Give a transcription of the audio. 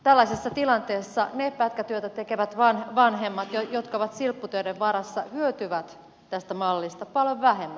tällaisessa tilanteessa ne pätkätyötä tekevät vanhemmat jotka ovat silpputöiden varassa hyötyvät tästä mallista paljon vähemmän